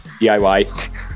DIY